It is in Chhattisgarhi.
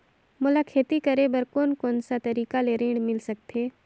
मोला खेती करे बर कोन कोन सा तरीका ले ऋण मिल सकथे?